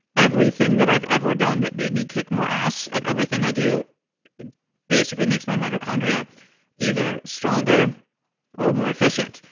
everything that i've ever done that made me kick more ass at everything i do basically makes my mitochondria either stronger or more efficient.